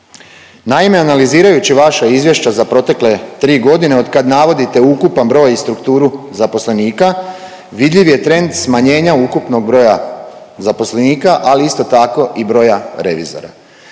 Naime, analizirajući vaša izvješća za protekle 3 godine otkad navodite ukupan broj i strukturu zaposlenika, vidljiv je trend smanjenja ukupnog broja zaposlenika, ali isto tako i broj revizora.